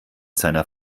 seiner